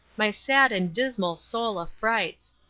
my sad and dismal soul affrights.